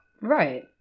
right